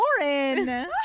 Lauren